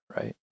right